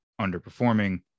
underperforming